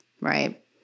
right